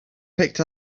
picked